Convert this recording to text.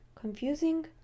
confusing